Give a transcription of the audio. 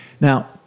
Now